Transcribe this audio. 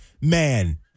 man